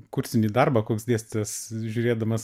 kursinį darbą koks dėstytojas žiūrėdamas